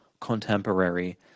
Contemporary